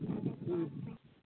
ह्म्म